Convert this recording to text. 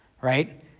right